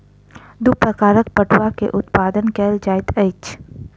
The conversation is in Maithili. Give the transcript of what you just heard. दू प्रकारक पटुआ के उत्पादन कयल जाइत अछि